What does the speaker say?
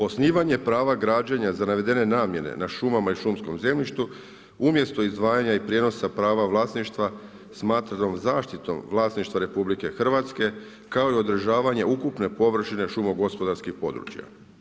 Osnivanja prava građenja za navedene namjene na šumama i šumskom zemljištu umjesto izdvajanja i prijenosa prava vlasništva smatranom zaštitom vlasništva RH, kao i održavanje ukupne površine šumo gospodarskih područja.